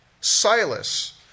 Silas